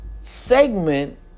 segment